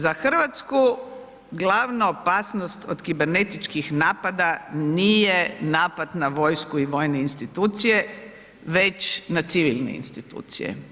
Za Hrvatsku glavna opasnost od kibernetičkih napada nije napad na vojsku i vojne institucije, već na civilne institucije.